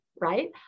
right